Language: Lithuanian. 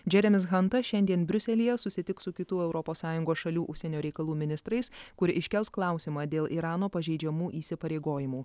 džeremis hanta šiandien briuselyje susitiks su kitų europos sąjungos šalių užsienio reikalų ministrais kur iškels klausimą dėl irano pažeidžiamų įsipareigojimų